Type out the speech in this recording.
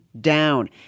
down